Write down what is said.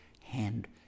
hand